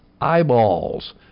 eyeballs